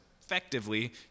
effectively